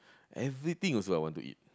everything also I want to eat